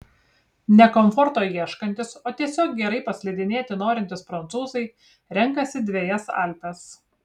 ne komforto ieškantys o tiesiog gerai paslidinėti norintys prancūzai renkasi dvejas alpes